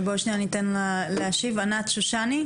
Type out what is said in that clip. בואי, שנייה אני אתן לה להשיב, ענת שושני.